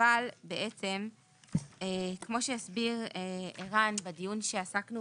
אבל כמו שהסביר ערן בדיון שעסקנו